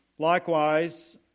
Likewise